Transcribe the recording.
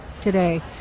today